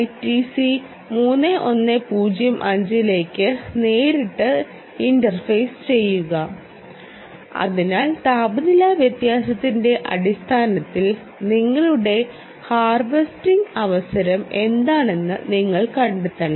ITC 3105 ലേക്ക് നേരിട്ട് interface ചെയ്യുക അതിനാൽ താപനില വ്യത്യാസത്തിന്റെ അടിസ്ഥാനത്തിൽ നിങ്ങളുടെ ഹാർവെസ്റ്റിംഗ് അവസരം എന്താണെന്ന് നിങ്ങൾ കണ്ടെത്തണം